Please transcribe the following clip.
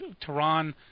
Tehran